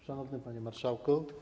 Szanowny Panie Marszałku!